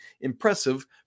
impressive